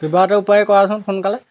কিবা এটা উপায় কৰাচোন সোনকালে